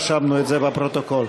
רשמנו את זה בפרוטוקול.